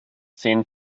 zehn